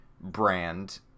brand